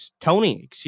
Tony